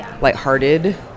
lighthearted